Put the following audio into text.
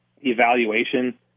evaluation